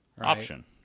option